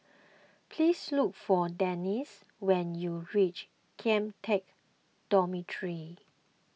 please look for Dennis when you reach Kian Teck Dormitory